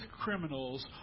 criminals